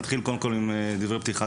נתחיל קודם כל עם דברי פתיחה,